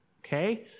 okay